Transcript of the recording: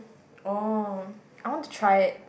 oh I want to try it